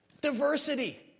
diversity